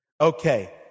Okay